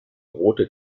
rote